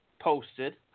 posted